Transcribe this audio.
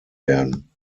werden